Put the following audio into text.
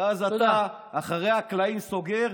ואז אתה מאחורי הקלעים סוגר,